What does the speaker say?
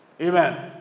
amen